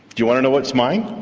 you want to know what's mine?